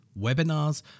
webinars